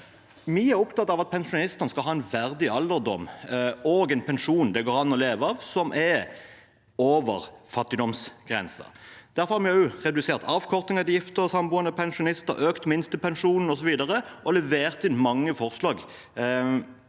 Vi er opptatt av at pensjonistene skal ha en verdig alderdom og en pensjon det går an å leve av, som er over fattigdomsgrensen. Derfor har vi redusert avkortingen for gifte og samboende pensjonister, økt minstepensjonen, osv., og levert inn mange forslag